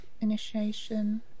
initiation